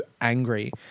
angry